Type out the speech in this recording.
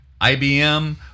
IBM